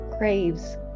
craves